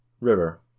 River